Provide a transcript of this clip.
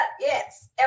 Yes